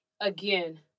Again